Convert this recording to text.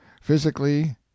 Physically